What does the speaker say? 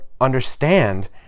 understand